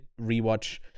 rewatch